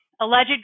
alleged